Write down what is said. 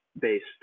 based